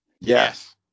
yes